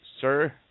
sir